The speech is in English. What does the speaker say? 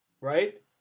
Right